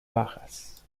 bajas